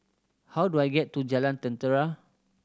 how do I get to Jalan Jentera